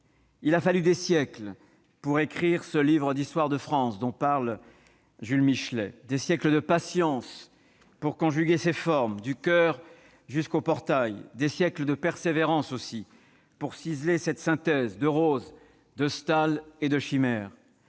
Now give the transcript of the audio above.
Il a fallu des siècles pour écrire « ce livre d'histoire de France » dont parle Jules Michelet, des siècles de patience pour conjuguer ses formes, du choeur jusqu'aux portails, des siècles de persévérance pour ciseler cette synthèse de roses, de stalles et de chimères.